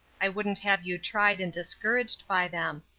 i wouldn't have you tried and discouraged by them.